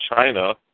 China